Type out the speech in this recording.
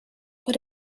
but